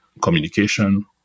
Communication